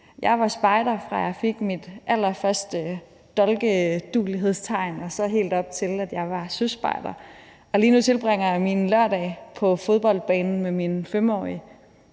Jeg var spejder, fra jeg fik mit allerførste dolkeduelighedstegn og helt op til, at jeg var søspejder, og lige nu tilbringer jeg mine lørdage på fodboldbanen med min 5-årige.